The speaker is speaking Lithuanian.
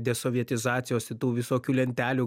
desovietizacijos tų visokių lentelių